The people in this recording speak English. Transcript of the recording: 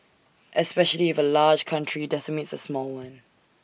especially if A large country decimates A small one